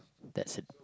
that's it